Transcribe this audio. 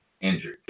injured